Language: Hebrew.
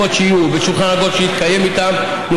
שופטים מחוזיים בדימוס,